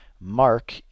mark